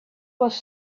was